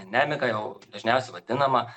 nemiga jau dažniausiai vadinama